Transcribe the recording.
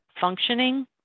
functioning